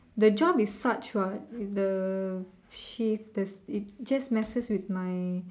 the job is such what the shift this it just messes with my